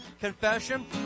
Confession